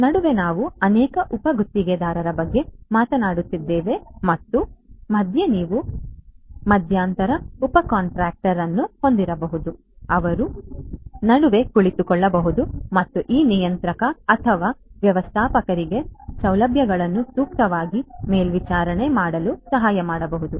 ನಡುವೆ ನಾವು ಅನೇಕ ಉಪ ಗುತ್ತಿಗೆದಾರರ ಬಗ್ಗೆ ಮಾತನಾಡುತ್ತಿದ್ದೇವೆ ಮತ್ತು ಮತ್ತೆ ಮಧ್ಯೆ ನೀವು ಮಧ್ಯಂತರ ಉಪಕಾಂಟ್ರಾಕ್ಟರ್ ಅನ್ನು ಹೊಂದಿರಬಹುದು ಅವರು ನಡುವೆ ಕುಳಿತುಕೊಳ್ಳಬಹುದು ಮತ್ತು ಈ ನಿಯಂತ್ರಕ ಅಥವಾ ವ್ಯವಸ್ಥಾಪಕರಿಗೆ ಸೌಲಭ್ಯಗಳನ್ನು ಸೂಕ್ತವಾಗಿ ಮೇಲ್ವಿಚಾರಣೆ ಮಾಡಲು ಸಹಾಯ ಮಾಡಬಹುದು